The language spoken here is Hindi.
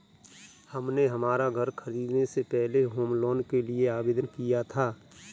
हमने हमारा घर खरीदने से पहले होम लोन के लिए आवेदन किया था